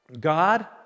God